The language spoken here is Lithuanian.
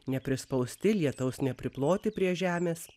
neprispausti lietaus nepriploti prie žemės